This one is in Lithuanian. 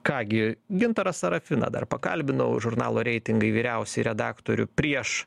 ką gi gintarą sąrafiną dar pakalbinau žurnalo reitingai vyriausiąjį redaktorių prieš